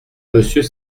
monsieur